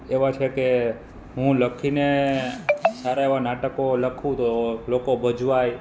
એવાં છે કે હું લખીને સારા એવાં નાટકો લખું તો લોકો ભજવાય